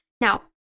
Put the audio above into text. Now